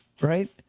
right